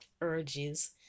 urges